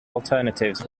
alternatives